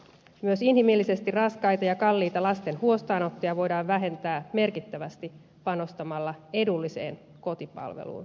myös inhimillisesti raskaita ja kalliita lasten huostaanottoja voidaan vähentää merkittävästi panostamalla edulliseen kotipalveluun